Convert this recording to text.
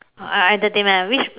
uh uh entertainment ah which